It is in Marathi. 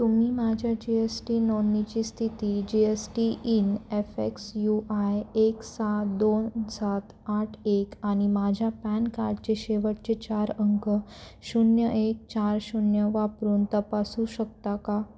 तुम्ही माझ्या जी एस टी नोंदणीची स्थिती G S T IN F X U I एक सहा दोन सात आठ एक आणि माझ्या पॅन कार्डचे शेवटचे चार अंक शून्य एक चार शून्य वापरून तपासू शकता का